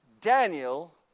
Daniel